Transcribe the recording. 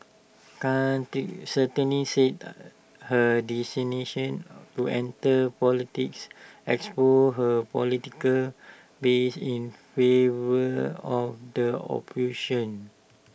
critics certainty said that her destination to enter politics exposed her political bias in favour of the operation